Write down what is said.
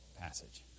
passage